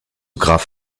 graf